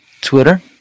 Twitter